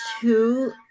two